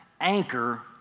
anchor